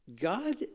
God